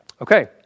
Okay